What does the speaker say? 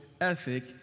ethic